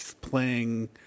playing